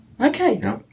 Okay